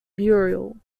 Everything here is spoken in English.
burial